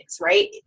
right